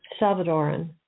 Salvadoran